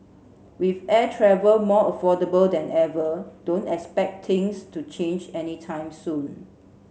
with air travel more affordable than ever don't expect things to change any time soon